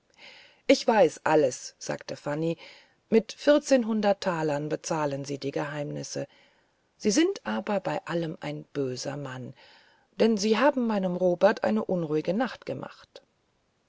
ich weiß alles sagte fanny mit vierzehnhundert talern bezahlen sie die geheimnisse sie sind aber bei dem allem ein böser mann denn sie haben meinem robert eine unruhige nacht gemacht